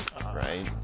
right